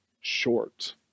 short